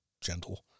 gentle